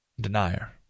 Denier